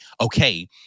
Okay